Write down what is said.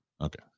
Okay